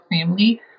family